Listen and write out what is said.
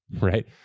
right